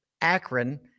Akron